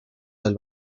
del